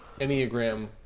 enneagram